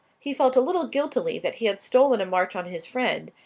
he felt a little guiltily that he had stolen a march on his friend,